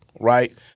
right